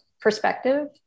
perspective